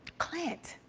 clint,